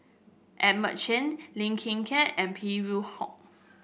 Edmund Cheng Lim Hng Kiang and Phey Yew Kok